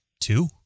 two